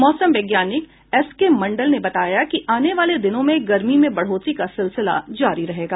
मौसम वैज्ञानिक S K Mandal ने बताया कि आने वाले दिनों में गर्मी में बढ़ोतरी का सिलसिला जारी रहेगा